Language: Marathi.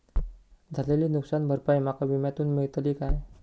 झालेली नुकसान भरपाई माका विम्यातून मेळतली काय?